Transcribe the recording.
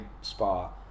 spa